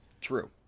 true